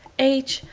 h.